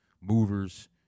movers